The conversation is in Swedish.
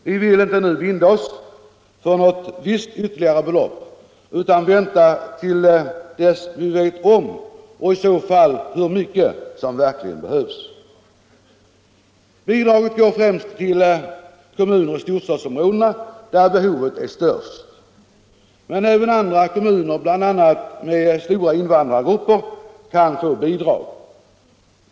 Vi vill inte nu binda oss för något visst ytterligare belopp utan vill vänta till dess att vi vet om och — i så fall — hur mycket som verkligen behövs. Bidraget går främst till kommuner i storstadsområdena där behovet är störst. Men även andra kommuner, bl.a. med stora invandrargrupper, kan få bidrag.